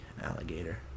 alligator